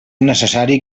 necessari